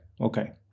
okay